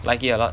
like it a lot